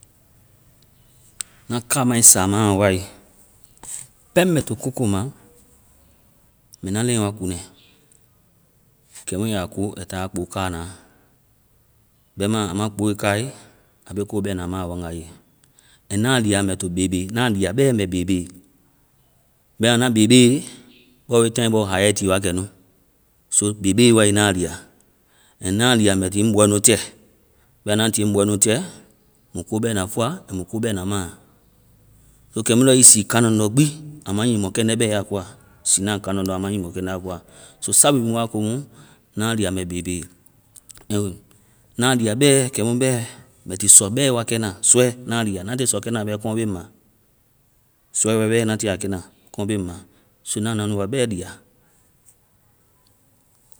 Ŋna kamai samaa wai, pɛŋ mɛ to kooko ma, mbɛ na leŋ wa kuŋɛ kɛ mu a ya ko, ai ta a kpoo kaanaa. Bɛma a ma kpoe kae, a ne ko bɛna ma a waŋgaa ye. And na lia mɛ bebe. Na lia bɛ mɛ bebe. Bɛma na bebe, bɔwe haya ti wa kɛ nu. So bebe wae na lia. And na lia mɛ ti ŋ bɔɛ nu tɛ. Bɛma na tie ŋ bɔɛ nu tɛ, mui ko bɛna fɔa, mui ko bɛna ma. So kɛmu lɔ ii sii kaŋ lɔŋdɔ́ gbi, a ma nyii mɔkɛndɛ bɛ a koa. Siina kaŋ lɔŋdɔ a ma nyii mɔkɛndɛ la koa. So sabu bi wa komu na lia mɛ bebe. Na lia bɛ kɛmu bɛ mɛ ti sɔ bɛ wakɛna. Sɔɛ! Na lia. Na tie sɔkɛ na, kɔŋ be ŋ ma. Sɔ wae, na tie a kɛna, kɔŋ be ŋ ma. So ŋna nua nuwa bɛ lia.